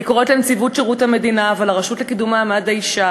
אני קוראת לנציבות שירות המדינה ולרשות לקידום מעמד האישה